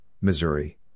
Missouri